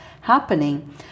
happening